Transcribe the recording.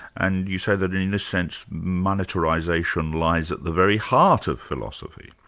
and you say that in this sense monetarisation lies at the very heart of philosophy.